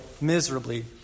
miserably